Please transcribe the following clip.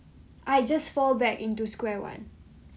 I just fall back into square one